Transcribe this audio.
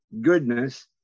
Goodness